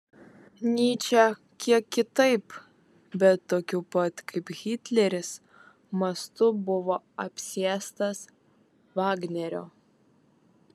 nyčė kiek kitaip bet tokiu pat kaip hitleris mastu buvo apsėstas vagnerio